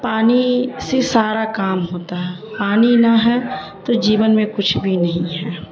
پانی سے سارا کام ہوتا ہے پانی نہ ہے تو جیون میں کچھ بھی نہیں ہے